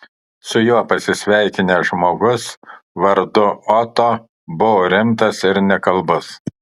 su juo pasisveikinęs žmogus vardu oto buvo rimtas ir nekalbus